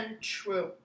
true